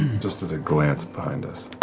just at a glance behind us.